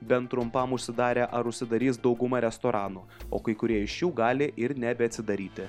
bent trumpam užsidarė ar užsidarys dauguma restoranų o kai kurie iš jų gali ir nebeatsidaryti